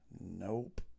Nope